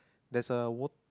there's a wat~